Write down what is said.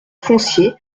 foncier